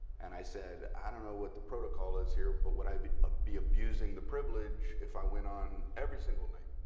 and i said, i don't know what the protocol is here. but what i be ah be abusing the privilege if i went on every single night?